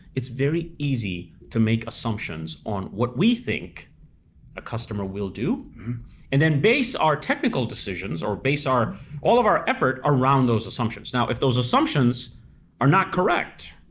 it's very easy to make assumptions on what we think a customer will do and then base our technical decisions or base all of our effort around those assumptions. now if those assumptions are not correct,